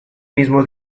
mismo